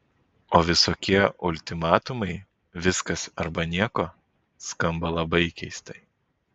o visokie ultimatumai viskas arba nieko skamba labai keistai